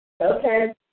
Okay